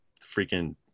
freaking